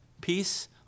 Peace